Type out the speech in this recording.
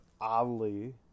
oddly